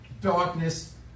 Darkness